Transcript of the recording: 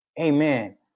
amen